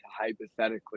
hypothetically